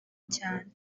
cyane